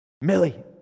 Millie